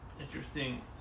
Interesting